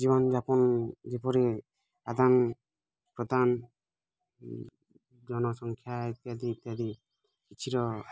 ଜୀବନ ଯାପନ ଯେପରି ଆଦାନ ପ୍ରଦାନ ଜନ ସଂଖ୍ୟା ଇତ୍ୟାଦି ଇତ୍ୟାଦି କିଛିର